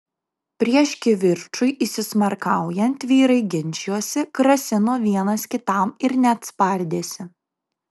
prieš kivirčui įsismarkaujant vyrai ginčijosi grasino vienas kitam ir net spardėsi